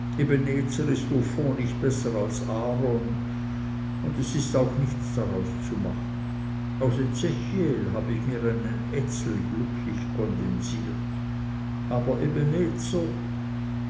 nicht besser als aaron und es ist auch nichts daraus zu machen aus ezechiel habe ich mir einen ezel glücklich kondensiert aber ebenezer